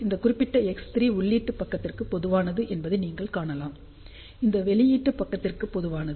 இந்த குறிப்பிட்ட X3 உள்ளீட்டு பக்கத்திற்கு பொதுவானது என்பதை நீங்கள் காணலாம் இது வெளியீட்டு பக்கத்திற்கும் பொதுவானது